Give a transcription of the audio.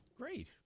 Great